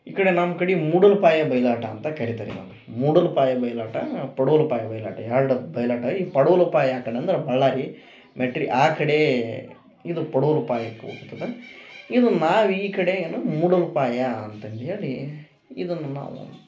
ಈ ಕಡೆ ನಮ್ಕಡೆ ಮೂಡಲ್ಪಾಯ ಬಯಲಾಟ ಅಂತ ಕರಿತರೆ ಇದನ ಮೂಡಲ್ಪಾಯ ಬಯಳಾಟ ಪಡುವಲ್ಪಾಯ ಬಯಲಾಟ ಎರ್ಡು ಬಯಲಾಟ ಅಯ್ ಪಡುವಲಪಾಯ ಯಾಕಂದ್ ಅಂದರ ಬಳ್ಳಾರಿ ಮೆಟ್ರಿ ಆ ಕಡೆ ಇದು ಪಡುವಲ್ಪಾಯಕು ಹೋಗ್ತದ ಇದು ನಾವು ಈ ಕಡೆ ಏನು ಮೂಡಲ್ಪಾಯ ಅಂತಂದು ಹೇಳಿ ಇದನ್ನ ನಾವು